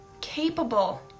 capable